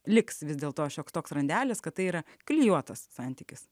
liks vis dėlto šioks toks randelis kad tai yra klijuotas santykis